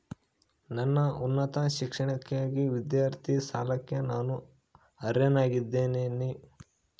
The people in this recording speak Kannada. ನನ್ನ ಉನ್ನತ ಶಿಕ್ಷಣಕ್ಕಾಗಿ ವಿದ್ಯಾರ್ಥಿ ಸಾಲಕ್ಕೆ ನಾನು ಅರ್ಹನಾಗಿದ್ದೇನೆಯೇ?